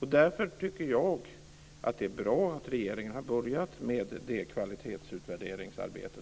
Därför tycker jag att det är bra att regeringen har börjat med ett kvalitetsutvärderingsarbete.